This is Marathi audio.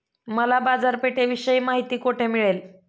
मला बाजारपेठेविषयी माहिती कोठे मिळेल?